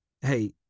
Hey